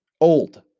Old